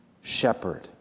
shepherd